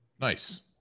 Nice